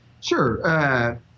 Sure